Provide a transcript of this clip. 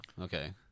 okay